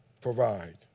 provide